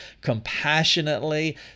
compassionately